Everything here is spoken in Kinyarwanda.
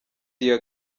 dion